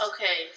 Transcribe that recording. Okay